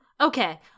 okay